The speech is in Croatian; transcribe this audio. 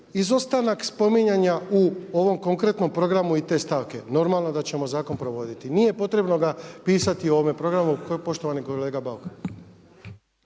Izostanak spominjanja u ovom konkretnom programu i te stavke. Normalno da ćemo zakon provoditi. Nije potrebno ga pisati u ovome programu, poštovani kolega Bauk.